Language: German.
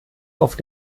auf